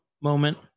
moment